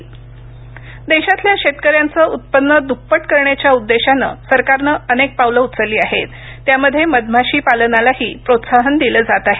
आत्मनिर्भर देशातल्या शेतकऱ्यांचं उत्पन्न दुप्पट करण्याच्या उद्देशानं सरकारनं अनेक पावलं उचलली आहेत त्यामध्ये मधमाशी पालनालाही प्रोत्साहन दिलं जात आहे